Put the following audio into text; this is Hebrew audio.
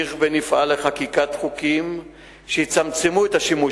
נמשיך ונפעל לחקיקת חוקים שיצמצמו את השימוש